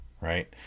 right